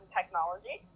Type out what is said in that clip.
technology